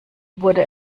wurde